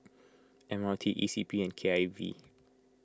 M R T E C P and K I V